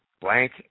blank